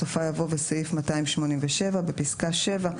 בסופה יבוא "וסעיף 287"; (2) בפסקה (7),